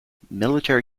military